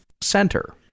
Center